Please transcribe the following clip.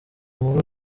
muri